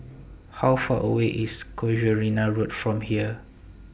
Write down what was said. How Far away IS Casuarina Road from here